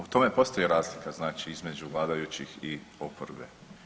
U tome postoji razlika, znači, između vladajućih i oporbe.